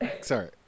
sorry